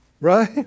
Right